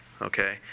Okay